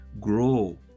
Grow